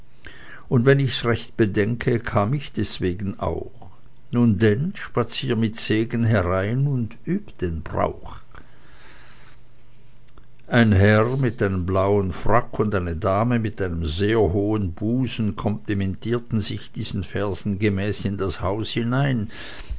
und wenn ich's recht bedenke kam ich deswegen auch nun denn spazier mit segen herein und üb den brauch ein herr in einem blauen frack und eine dame mit einem sehr hohen busen komplimentierten sich diesen versen gemäß in das haus hinein